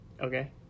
okay